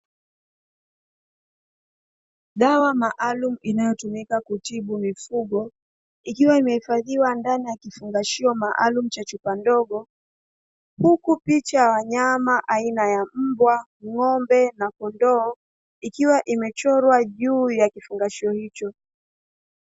Dawa maalumu inayotumika kutibu mifugo, ikiwa imehifadhiwa ndani ya kifungashio maalumu cha chupa ndogo; huku picha ya wanyama aina ya: mbwa, ng'ombe na kondoo; ikiwa imechorwa juu ya kifungashio hicho